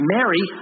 Mary